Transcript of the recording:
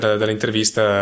dall'intervista